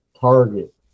target